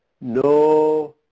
no